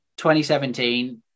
2017